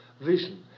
vision